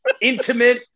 intimate